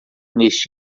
neste